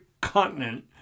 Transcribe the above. continent